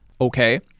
okay